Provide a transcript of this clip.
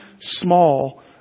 small